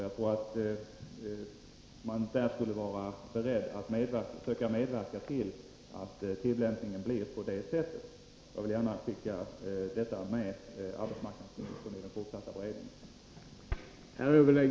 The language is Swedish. Jag tror att man skulle vara beredd att söka medverka till en sådan tillämpning. Jag vill gärna skicka detta med arbetsmarknadsministern med tanke på den fortsatta beredningen.